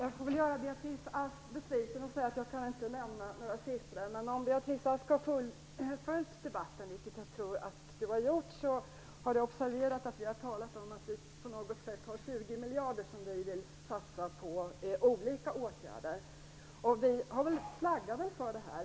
Herr talman! Jag får göra Beatrice Ask besviken genom att säga att jag inte kan lämna några siffror. Men om Beatrice Ask har följt debatten, vilket jag tror att hon har gjort, har hon observerat att vi har talat om att vi på något sätt har 20 miljarder som vi vill satsa på olika åtgärder. Och vi flaggar för detta.